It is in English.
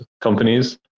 companies